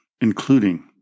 including